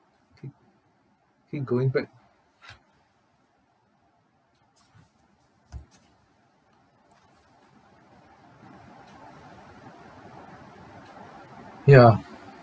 kee~ keep going back ya